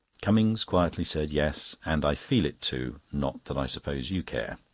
cummings quietly said yes, and i feel it too not that i suppose you care.